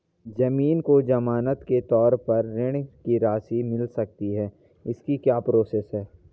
ज़मीन को ज़मानत के तौर पर ऋण की राशि मिल सकती है इसकी क्या प्रोसेस है?